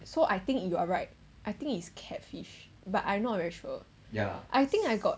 so I think you're right I think is catfish but I not very sure I think I got